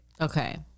Okay